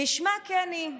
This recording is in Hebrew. כשמה כן היא,